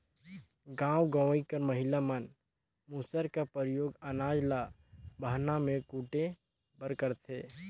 गाँव गंवई कर महिला मन मूसर कर परियोग अनाज ल बहना मे कूटे बर करथे